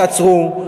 תעצרו,